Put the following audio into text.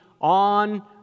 on